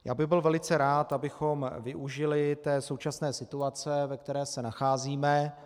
Já bych byl velice rád, abychom využili té současné situace, ve které se nacházíme.